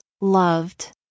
loved